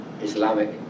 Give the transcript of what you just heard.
Islamic